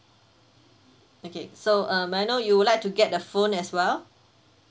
okay so um may I know you would like to get a phone as well